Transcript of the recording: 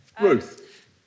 Ruth